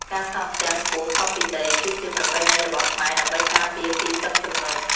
ការសង់ផ្ទះខ្ពស់ផុតពីដីគឺជាប្រពៃណីរបស់ខ្មែរដើម្បីការពារពីទឹកជំនន់។